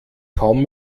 kaum